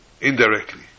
indirectly